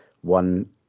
one